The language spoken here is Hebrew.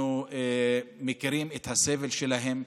אנחנו מכירים את הסבל שלהם,